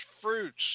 fruits